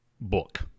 book